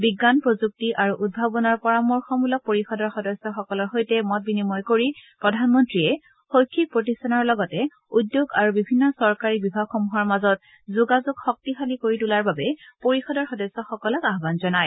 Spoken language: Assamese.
বিজ্ঞান প্ৰযুক্তি আৰু উদ্ভাৱনৰ পৰামৰ্শমূলক পৰিষদৰ সদস্যসকলৰ সৈতে মত বিনিময় কৰি প্ৰধানমন্ত্ৰীয়ে শৈক্ষিক প্ৰতিষ্ঠানৰ লগতে উদ্যোগ আৰু বিভিন্ন চৰকাৰী বিভাগসমূহৰ মাজত যোগাযোগ শক্তিশালী কৰি তোলাৰ বাবে পৰিষদৰ সদস্যসকলক আয়ান জনায়